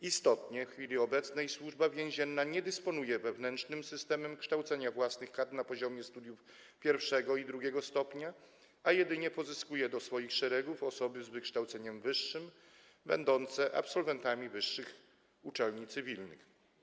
Istotnie w chwili obecnej Służba Więzienna nie dysponuje wewnętrznym systemem kształcenia własnych kadr na poziomie studiów I i II stopnia, a jedynie pozyskuje do swoich szeregów osoby z wykształceniem wyższym, będące absolwentami wyższych uczelni cywilnych.